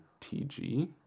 TG